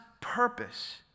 purpose